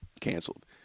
canceled